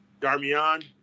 darmian